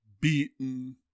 beaten